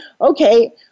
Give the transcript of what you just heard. okay